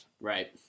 Right